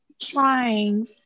trying